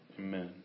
amen